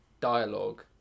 dialogue